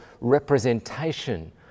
representation